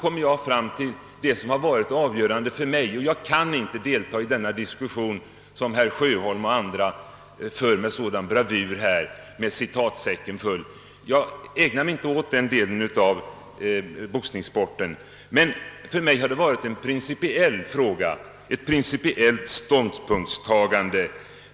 Men jag kan inte delta i diskussionen med citatsäcken full, som herr Sjöholm och andra gör med sådan bravur. Jag ägnar mig inte åt den delen av boxningssporten. För mig har detta varit en principiell fråga, ett principiellt ståndpunktstagande.